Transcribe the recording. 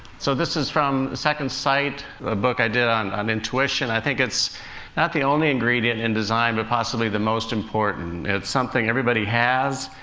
so, this is from second sight, a book i did on um intuition. i think it's not the only ingredient ingredient in design, but possibly the most important. it's something everybody has.